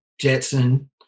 Jetson